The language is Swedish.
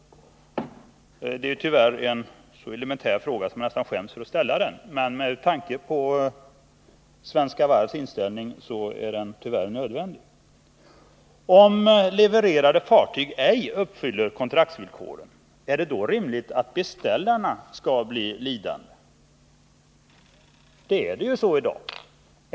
Det är en så elementär fråga att jag nästan skäms för att ställa den, men med tanke på Svenska Varvs inställning är den tyvärr nödvändig. Om levererade fartyg ej uppfyller kontraktsvillkoren, är det då rimligt att beställarna blir lidande? I dag är det ju så.